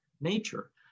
nature